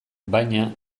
baina